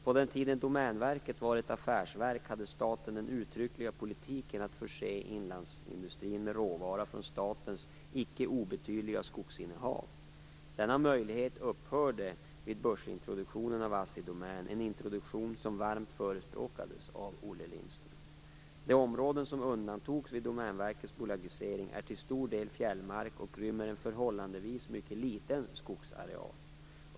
På den tiden Domänverket var ett affärsverk hade staten den uttryckliga politiken att förse inlandsindustrin med råvara från statens icke obetydliga skogsinnehav. Denna möjlighet upphörde vid börsintroduktionen av Assi Domän, en introduktion som varmt förespråkades av De områden som undantogs vid Domänverkets bolagisering är till stor del fjällmark och rymmer en förhållandevis mycket liten skogsareal.